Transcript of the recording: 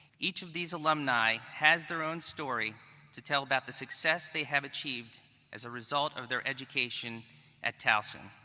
each of these alumni has their own story to tell about the success they have achieved as a result of their education at towson.